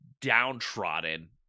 downtrodden